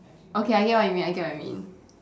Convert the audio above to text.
okay I get what you mean I get what you mean